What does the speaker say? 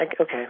okay